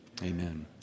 Amen